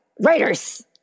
writers